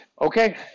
Okay